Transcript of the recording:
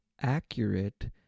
accurate